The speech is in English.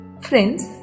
Friends